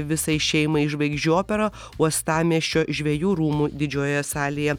visai šeimai žvaigždžių opera uostamiesčio žvejų rūmų didžiojoje salėje